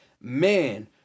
man